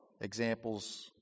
examples